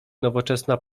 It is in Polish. nowoczesna